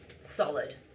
Solid